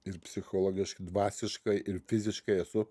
ir psichologiškai dvasiškai ir fiziškai esu